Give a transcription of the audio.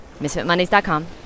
MisfitMondays.com